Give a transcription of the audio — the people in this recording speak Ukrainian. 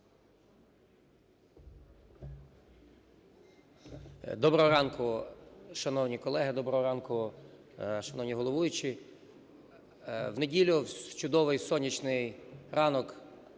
Доброго ранку, шановні колеги! Доброго ранку, шановні головуючі! В неділю в чудовий сонячний ранок